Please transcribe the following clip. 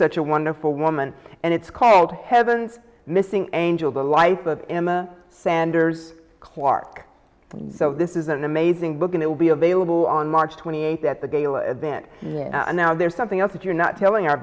such a wonderful woman and it's called heaven's missing angel the life of emma sanders clark so this is an amazing book and it will be available on march twenty eighth at the gala event and now there's something else that you're not telling our